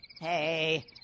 Hey